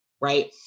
Right